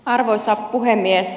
arvoisa puhemies